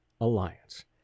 Alliance